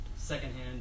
second-hand